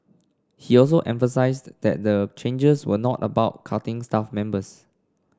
he also emphasised that the changes were not about cutting staff members